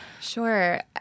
Sure